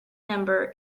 number